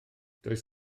does